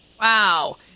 Wow